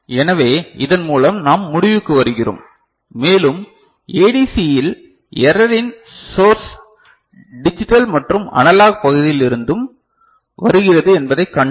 எனவே இதன் மூலம் நாம் முடிவுக்கு வருகிறோம் மேலும் ADC இல் எரரின் சோர்ஸ் டிஜிட்டல் மற்றும் அனலாக் பகுதியிலிருந்தும் வருகிறது என்பதைக் கண்டோம்